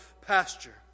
pasture